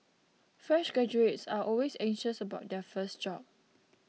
fresh graduates are always anxious about their first job